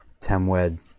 Temwed